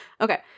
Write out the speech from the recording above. okay